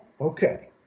okay